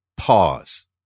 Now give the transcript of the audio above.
Pause